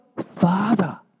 Father